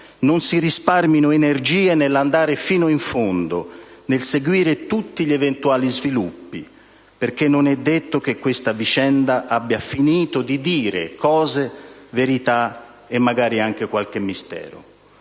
non si risparmino energie nell'andare fino in fondo e nel seguire tutti gli eventuali sviluppi, perché non è detto che questa vicenda abbia finito di dire cose, verità e magari anche qualche mistero.